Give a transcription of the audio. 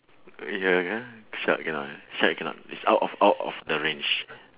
eh ya ah shark cannot shark cannot it's out of out of the range